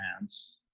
hands